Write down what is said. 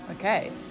Okay